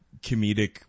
comedic